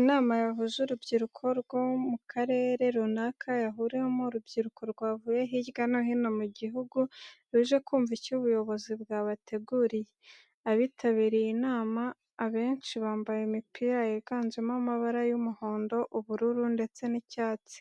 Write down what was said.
Inama yahuje urubyiruko rwo mu karere runaka yahuriyemo urubyiruko rwavuye hirya no hino mu gihugu ruje kumva icyo ubuyobozi bwabateguriye. Abitabiriye inama abenshi bambaye imipira yiganjemo amabara y'umuhondo, ubururu ndetse n'icyatsi.